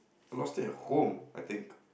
lose at home I think